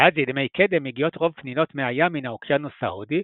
מאז ימי קדם מגיעות רוב פנינות מי הים מן האוקיינוס ההודי,